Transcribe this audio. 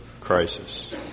crisis